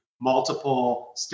multiple